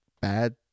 bad